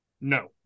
No